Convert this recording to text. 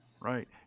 right